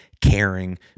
caring